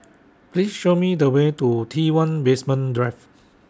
Please Show Me The Way to T one Basement Drive